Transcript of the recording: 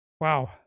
Wow